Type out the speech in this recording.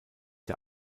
der